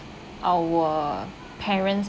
our parents'